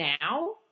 now